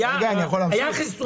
היו חיסונים?